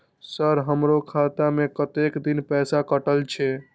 Sir हमारो खाता में कतेक दिन पैसा कटल छे?